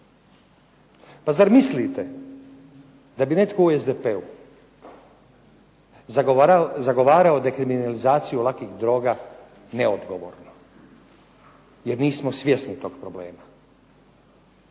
Pa zar mislite da bi netko u SDP-u zagovarao dekriminalizaciju lakih droga neodgovorno jer nismo svjesni tog problema.